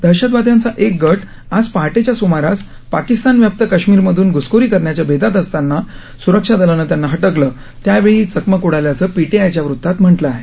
दहशतवाद्यांचा एक गट आज पहाटेच्या सुमारास पाकिस्तान व्याप्त काश्मीरमधून घ्सखोरी करण्याच्या बेतात असताना सुरक्षा दलानं त्यांना हटकलं त्यावेळी ही चकमक उडाल्याचं पीटीआयच्या वृत्तात म्हटलं आहे